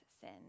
sin